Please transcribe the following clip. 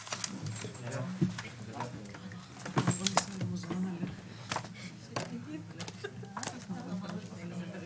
14:10.